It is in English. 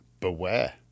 Beware